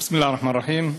בסם אללה א-רחמאן א-רחים.